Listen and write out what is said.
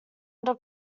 under